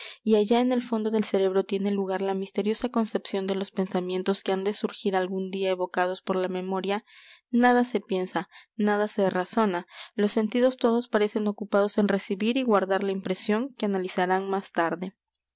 y allá en el fondo del cerebro tiene lugar la misteriosa concepción de los pensamientos que han de surgir algún día evocados por la memoria nada se piensa nada se razona los sentidos todos parecen ocupados en recibir y guardar la impresión que analizarán más tarde